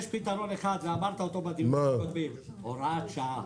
יש פתרון אחד ואמרת אותו: הוראת שעה.